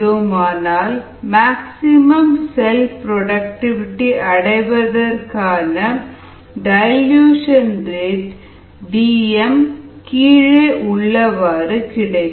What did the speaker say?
5 maximum cell productivity அடைவதற்கான dilution rate Dm கீழே உள்ளவாறு கிடைக்கும்